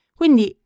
quindi